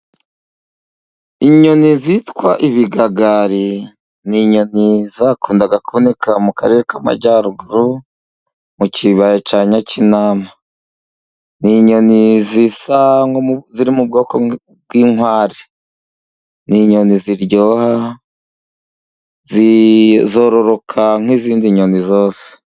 Inyoni zitwa ibigagari ni inyoni zakundaga kuboneka mu karere k'Amajyaruguru, mu kibaya cya Nyakinama. Ni inyoni zisa, ziri mu bwoko bw'inkware. Ni inyoni ziryoha, zororoka nk'izindi nyoni zose.